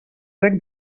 reg